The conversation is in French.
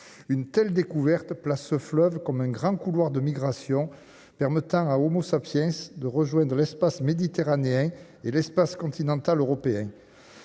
une telle découverte place ce fleuve comme un grand couloir de migration permettant à Homo sapiens de rejoindre l'espace méditerranéen et l'espace continental européen